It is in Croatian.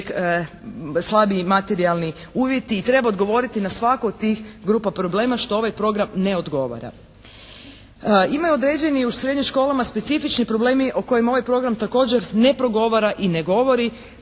slabiji materijalni uvjeti. I treba odgovoriti na svaku od tih grupa problema što ovaj program na odgovara. Imaju određeni u srednjim školama specifični problemi o kojima ovaj program također ne progovara i ne govori,